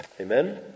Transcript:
Amen